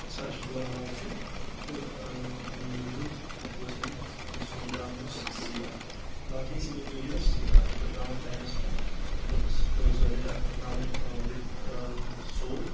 ترٛےٚ ساس چُولہٕ علاوٕ چھُ تہٕ اَمہِ موٗجوٗب ہؠکو أسۍ ؤنِتھ سون گام اوس سَیف باقٕے ٲسۍ یِمے میجٲرٕس یہِ اَتھٕ پؠٹھ راوُن ٹایمَس پؠٹھ دۄہَس دۄیہِ ژورِ لَٹہِ اَتھ پؠٹھ راوٕنۍ وِد سوپ